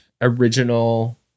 original